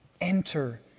Enter